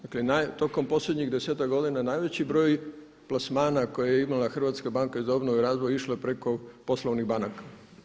Dakle tokom posljednjih 10-ak godina najveći broj plasmana koje je imala Hrvatska banka za obnovu i razvoj išlo je preko poslovnih banaka.